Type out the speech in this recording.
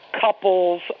couples